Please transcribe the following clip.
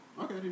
Okay